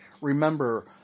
remember